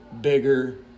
bigger